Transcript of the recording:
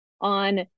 on